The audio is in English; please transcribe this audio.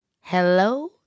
Hello